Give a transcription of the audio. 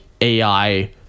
AI